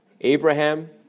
Abraham